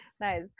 nice